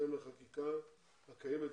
בהתאם לחקיקה קיימת,